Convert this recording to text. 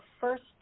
first